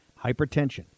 Hypertension